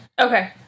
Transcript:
Okay